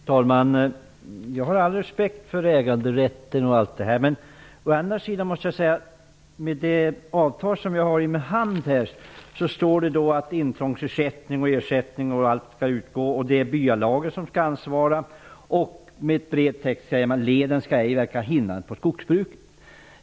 Fru talman! Jag har all respekt för äganderätten osv. Men i min hand har jag ett avtal om intrångsersättning och annan ersättning. Enligt det avtalet är det byalaget som ansvarar för uppkommen markskada. Man framhåller särskilt: ''Leden skall ej verka hindrande på skogsbruket.''